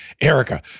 Erica